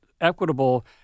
equitable